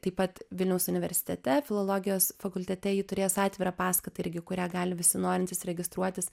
taip pat vilniaus universitete filologijos fakultete ji turės atvirą paskaitą irgi į kurią gali visi norintys registruotis